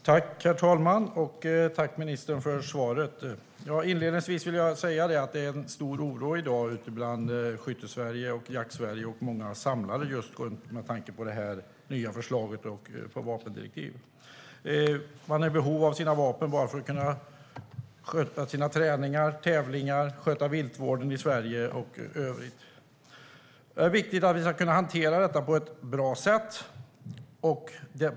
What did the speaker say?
Herr talman! Jag vill tacka ministern för svaret. Inledningsvis vill jag säga att det finns en stor oro i Skyttesverige och Jaktsverige i dag, med tanke på det nya förslaget om vapendirektiv. Många är i behov av sina vapen för att kunna sköta sina träningar, tävlingar, viltvården och övrigt i Sverige. Det är viktigt att detta hanteras på ett bra sätt.